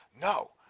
no